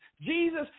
Jesus